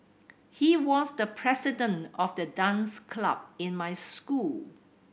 he was the president of the dance club in my school